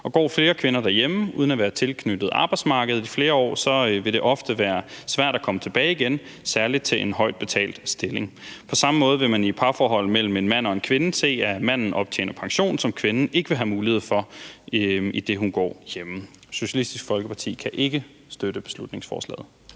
går flere kvinder derhjemme uden at være tilknyttet arbejdsmarkedet i flere år, vil det ofte være svært at komme tilbage igen, særlig til en højt betalt stilling. På samme måde vil man i et parforhold mellem en mand og en kvinde se, at manden optjener pension, som kvinden ikke vil have mulighed for, idet hun går hjemme. Socialistisk Folkeparti kan ikke støtte beslutningsforslaget.